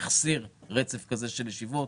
שהחסיר רצף כזה של ישיבות.